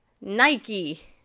Nike